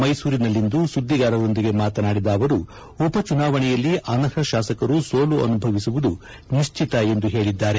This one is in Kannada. ಮ್ಮೆಸೂರಿನಲ್ಲಿಂದು ಸುದ್ದಿಗಾರರೊಂದಿಗೆ ಮಾತನಾಡಿದ ಅವರು ಉಪಚುನಾವಣೆಯಲ್ಲಿ ಅನರ್ಹ ಶಾಸಕರು ಸೋಲು ಅನುಭವಿಸುವುದು ನಿಶ್ಚಿತ ಎಂದು ಹೇಳಿದ್ದಾರೆ